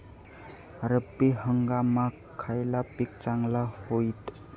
रब्बी हंगामाक खयला पीक चांगला होईत?